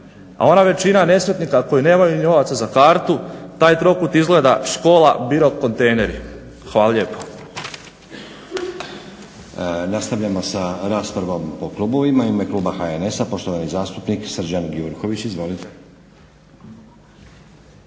a ona većina nesretnika koji nemaju novaca za kartu taj trokut izgleda škola-biro-kontejneri. Hvala lijepo.